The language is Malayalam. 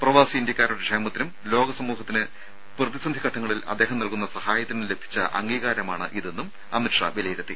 പ്രവാസി ഇന്ത്യക്കാരുടെ ക്ഷേമത്തിനും ലോകസമൂഹത്തിന് പ്രതിസന്ധി ഘട്ടങ്ങളിൽ അദ്ദേഹം നൽകുന്ന സഹായത്തിനും ലഭിച്ച അംഗീകാരമാണ് ഇതെന്നും അമിത് ഷാ വിലയിരുത്തി